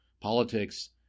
Politics